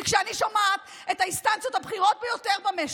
כי כשאני שומעת את האינסטנציות הבכירות ביותר במשק,